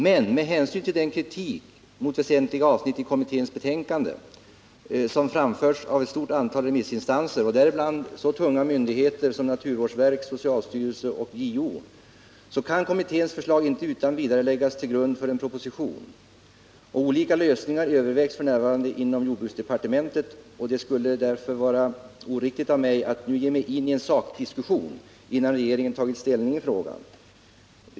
Men med hänsyn till att kritik mot väsentliga avsnitt i renhållningskommitténs betänkande har framförts av ett stort antal remissinstanser, däribland så tunga myndigheter som naturvårdsverket, socialstyrelsen och JO, kan kommitténs förslag inte utan vidare läggas till grund för en proposition. Olika lösningar övervägs f. n. inom jordbruksdepartementet, och det skulle därför vara oriktigt av mig att nu ge mig in i en sakdiskussion, innan regeringen tagit ställning i frågan.